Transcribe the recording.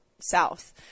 south